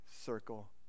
circle